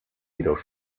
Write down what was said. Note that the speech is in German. jedoch